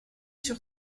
sur